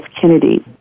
Kennedy